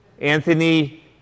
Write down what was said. Anthony